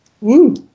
woo